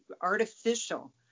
artificial